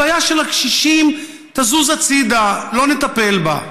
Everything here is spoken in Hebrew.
הבעיה של הקשישים תזוז הצידה, לא נטפל בה.